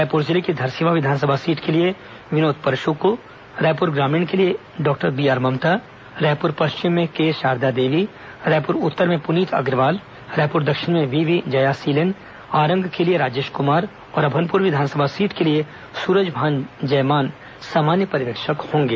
रायपुर जिले की धरसींवा विधानसभा सीट के लिए विनोद परशु को रायपुर ग्रामीण के लिए doctor B R Mamta Raipur पश्चिम में के शारदा देवी रायपुर उत्तर में पुनीत अग्रवाल रायपुर दक्षिण में वीपी जयासीलन आरंग के लिए राजेश कुमार और अभनपुर विधानसभा सीट के लिए सूरजभान जयमान सामान्य पर्यवेक्षक होंगे